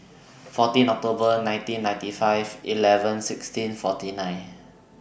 fourteen October nineteen ninety five eleven sixteen forty nine